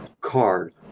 card